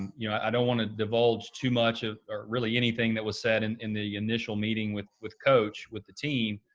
you know, i don't want to divulge too much, ah or really anything that was said and in the initial meeting with with coach, with the team,